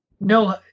no